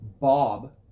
Bob